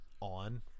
on